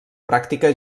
pràctica